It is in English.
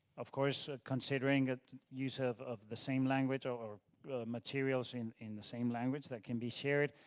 of course, considering use of of the same language or materials in in the same language that can be shared.